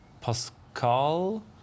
Pascal